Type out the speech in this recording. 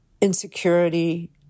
insecurity